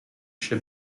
chez